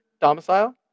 domicile